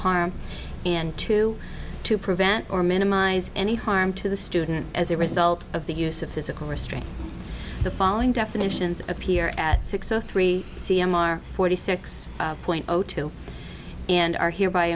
harm and to to prevent or minimize any harm to the student as a result of the use of physical restraint the following definitions appear at six o three c m r forty six point zero two and are hereby